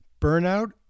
burnout